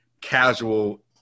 casual